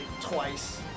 twice